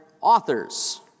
authors